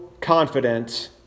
confidence